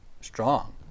strong